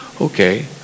Okay